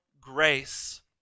grace